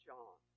John